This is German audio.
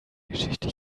geschichte